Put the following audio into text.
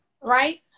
right